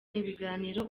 ibiganiro